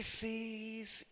sees